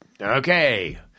Okay